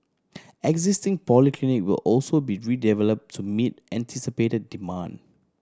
existing polyclinics will also be redeveloped to meet anticipated demand